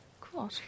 Cool